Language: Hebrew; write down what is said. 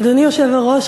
אדוני היושב-ראש,